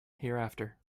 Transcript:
hereafter